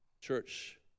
Church